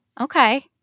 Okay